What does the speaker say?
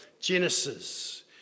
Genesis